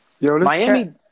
Miami